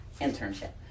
internship